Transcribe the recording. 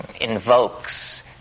invokes